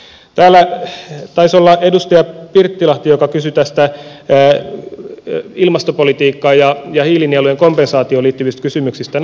se taisi olla edustaja pirttilahti joka kysyi näistä ilmastopolitiikkaan ja hiilinielujen kompensaatioon liittyvistä kysymyksistä